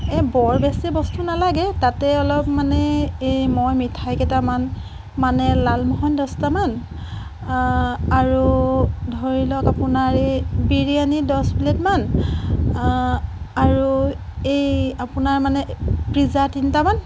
এই বৰ বেছি বস্তু নালাগে তাতে অলপ মানে এই মই মিঠাই কেইটামান মানে লালমোহন দছটামান আৰু ধৰি লওক আপোনাৰ এই বিৰিয়ানি দছ প্লে'টমান আৰু এই আপোনাৰ মানে পিজ্জা তিনিটামান